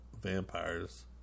vampires